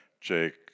Jake